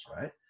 right